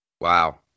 Wow